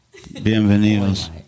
Bienvenidos